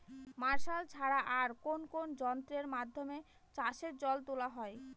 Martial ছাড়া আর কোন কোন যন্ত্রেরর মাধ্যমে চাষের জল তোলা হয়?